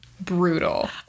brutal